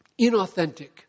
inauthentic